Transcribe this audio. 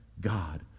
God